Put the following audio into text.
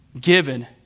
given